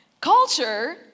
Culture